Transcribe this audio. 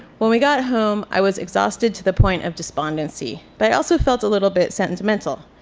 when we got home, i was exhausted to the point of despondency, but i also felt a little bit sentimental.